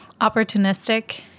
opportunistic